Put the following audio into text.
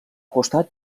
costat